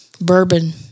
bourbon